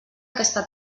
aquesta